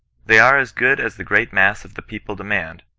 they are as good as the great mass of the people demand,